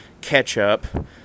ketchup